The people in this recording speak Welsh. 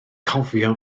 cofio